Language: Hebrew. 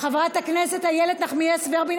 חברת הכנסת איילת נחמיאס ורבין,